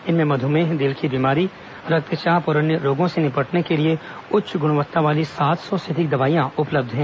इनमें मध्मेह दिल की बीमारी रक्तचाप और अन्य रोगों से निपटने के लिए उच्च गुणवत्ता वाली सात सौ से अधिक दवाइयां उपलब्ध हैं